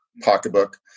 pocketbook